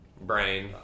Brain